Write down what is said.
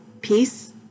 peace